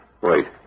Wait